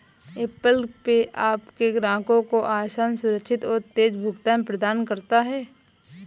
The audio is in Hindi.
ऐप्पल पे आपके ग्राहकों को आसान, सुरक्षित और तेज़ भुगतान प्रदान करता है